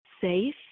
safe